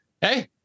Hey